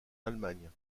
allemagne